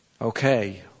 Okay